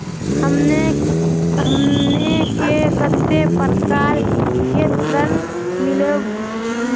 हमनी के कते प्रकार के ऋण मीलोब?